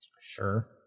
Sure